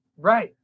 Right